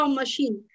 machine